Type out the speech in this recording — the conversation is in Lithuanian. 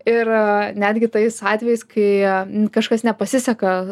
ir netgi tais atvejais kai kažkas nepasiseka